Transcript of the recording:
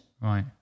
Right